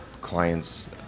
clients